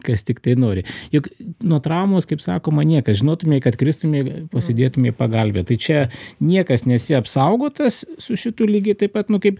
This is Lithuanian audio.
kas tiktai nori juk nuo traumos kaip sakoma niekas žinotumei kad kristumei pasidėtumei pagalvę tai čia niekas nesi apsaugotas su šitu lygiai taip pat nu kaip